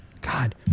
God